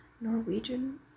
Norwegian